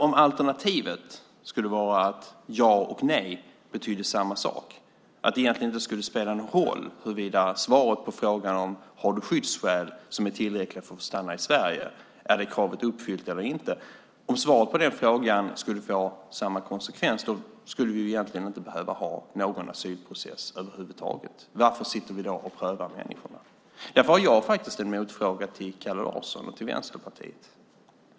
Om alternativet skulle vara att ja och nej betydde samma sak, att det egentligen inte skulle spela någon roll vilket som var svaret på frågorna "Har du skyddsskäl som är tillräckliga för att få stanna i Sverige? Är det kravet uppfyllt eller inte", att olika svar på de frågorna skulle få samma konsekvens, då skulle vi egentligen inte behöva ha någon asylprocess över huvud taget. Varför sitter vi då och prövar människorna? Därför har jag en motfråga till Kalle Larsson och Vänsterpartiet.